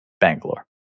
Bangalore